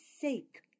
sake